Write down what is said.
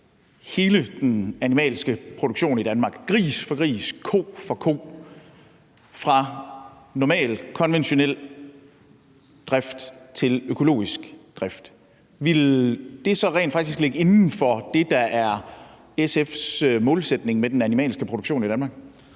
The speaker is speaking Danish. hele den animalske produktion i Danmark – gris for gris, ko for ko – fra normal konventionel drift til økologisk drift? Ville det så rent faktisk ligge inden for det, der er SF's målsætning med den animalske produktion i Danmark?